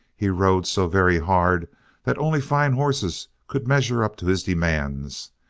he rode so very hard that only fine horses could measure up to his demands,